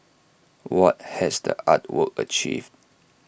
what has the art work achieved